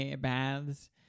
baths